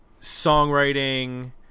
Songwriting